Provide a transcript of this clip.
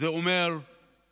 זה אומר הכול.